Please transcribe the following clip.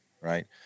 right